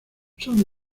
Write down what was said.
son